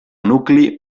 nucli